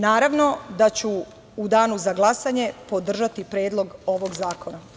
Naravno da ću u danu za glasanje podržati predlog ovog zakona.